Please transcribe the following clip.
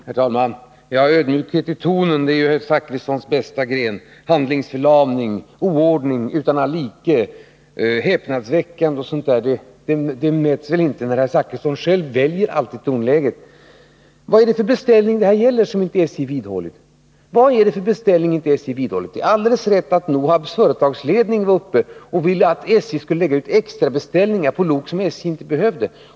Herr talman! Ödmjukhet i tonen är ju herr Zachrissons bästa gren. Uttryck som ”handlingsförlamning”, ”oordning utan all like”, ”häpnadsväckande” och sådant räknas väl inte. Herr Zachrisson väljer dock själv sitt tonläge. Vad är det för beställning som SJ inte har vidhållit? Det är alldeles riktigt att NOHAB:s företagsledning uppvaktade med en begäran om extrabeställningar på lok som SJ inte behövde.